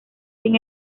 sin